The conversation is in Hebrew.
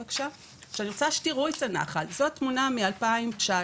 אני רוצה שתראו את הנחל, זאת תמונה מ-2019,